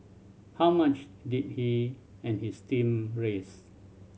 how much did he and his team raise